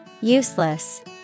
Useless